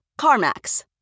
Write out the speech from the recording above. CarMax